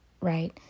right